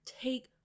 take